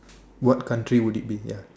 what country would it be ya